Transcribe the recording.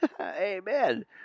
Amen